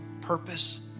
purpose